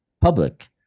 public